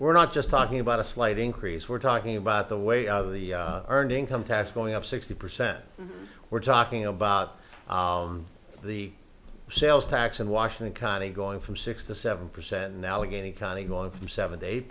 we're not just talking about a slight increase we're talking about the way of the earned income tax going up sixty percent we're talking about the sales tax in washington county going from six to seven percent in allegheny county going from seven to eight